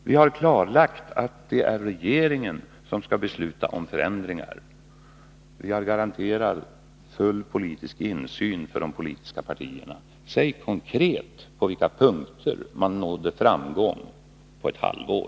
Vi har klarlagt att det är regeringen som skall besluta om förändringar, och vi har garanterat full insyn för de politiska partierna. Säg konkret på vilka punkter man skulle kunna nå framgång på ett halvår!